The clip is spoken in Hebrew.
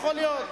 יכול להיות.